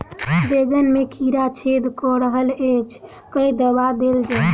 बैंगन मे कीड़ा छेद कऽ रहल एछ केँ दवा देल जाएँ?